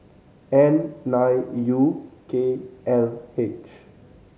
N nine U K L H